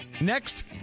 Next